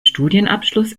studienabschluss